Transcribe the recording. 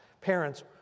parents